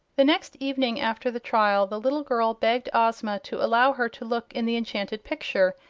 the next evening after the trial the little girl begged ozma to allow her to look in the enchanted picture,